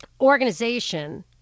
organization